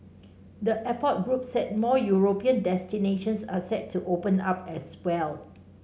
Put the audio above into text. the airport group said more European destinations are set to open up as well